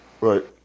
Right